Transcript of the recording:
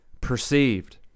perceived